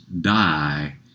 die